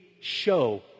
show